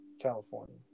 California